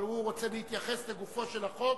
אבל הוא רוצה להתייחס לגופו של החוק,